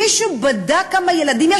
מישהו בדק כמה ילדים יש,